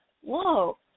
whoa